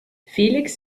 felix